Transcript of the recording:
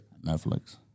Netflix